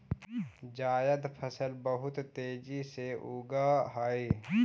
जायद फसल बहुत तेजी से उगअ हई